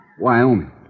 Wyoming